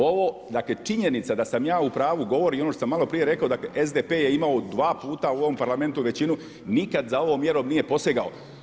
Ovo, dakle činjenica da sam ja u pravu govori i ono što sam malo prije rekao, dakle SDP je imao dva puta u ovom Parlamentu većinu, nikada za ovom mjerom nije posegao.